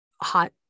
hot